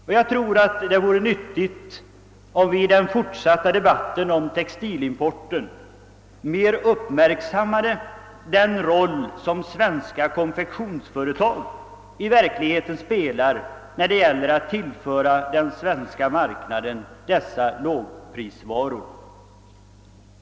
Och jag tror att det vore nyttigt om vi i den fortsatta debatten om textilimporten mer uppmärksammade den roll som svenska konfektionsföretag i verkligheten spelar när det gäller att tillföra den svenska marknaden dessa lågprisvaror.